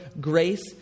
grace